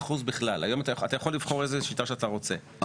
--- אתה מדבר על אחוז החסימה המוצע כרגע בחוק,